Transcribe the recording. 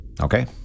Okay